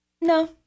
No